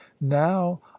now